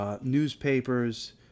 newspapers